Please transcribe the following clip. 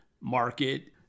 market